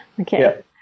Okay